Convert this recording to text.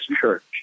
church